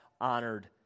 honored